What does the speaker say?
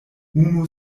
unu